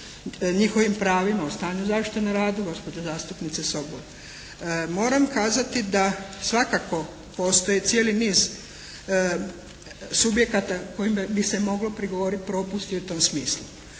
njihovim pravima o stanju zaštite radu, gospođo zastupnice Sobol, moram kazati da svakako postoji cijeli niz subjekata kojima bi se moglo prigovoriti propust i u tom smislu,